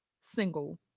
single